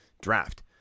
draft